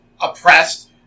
oppressed